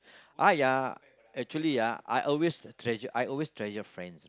I ah actually ah I always treasure I always treasure friends